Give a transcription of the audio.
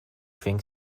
think